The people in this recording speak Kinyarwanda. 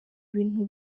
ibintu